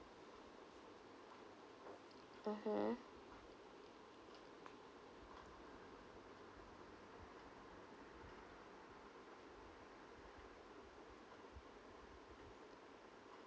mmhmm